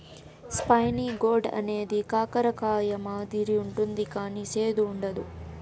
spiny gourd అనేది కాకర కాయ మాదిరి ఉంటది కానీ సేదు ఉండదు